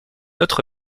autre